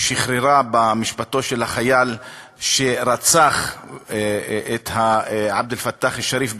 שחררה במשפטו של החייל שרצח את עבד אל-פתאח א-שריף בחברון,